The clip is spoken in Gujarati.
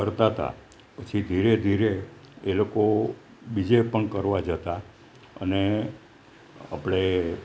કરતાં હતાં પછી ધીરે ધીરે એ લોકો બીજે પણ કરવા જતાં અને આપણે